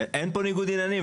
אין פה ניגוד עניינים.